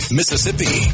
Mississippi